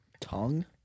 Tongue